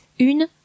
une